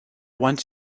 want